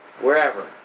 wherever